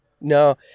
No